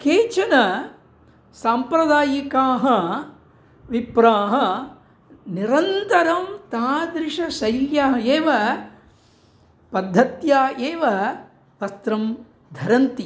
केचन साम्प्रदायिकाः विप्राः निरन्तरं तादृशशैल्याम् एव पद्धत्याम् एव वस्त्रं धरन्ति